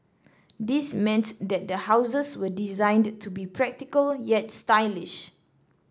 this meant that the houses were designed to be practical yet stylish